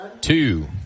two